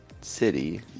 city